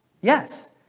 Yes